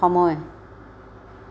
সময়